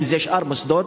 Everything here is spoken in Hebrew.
אם שאר מוסדות,